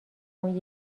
اون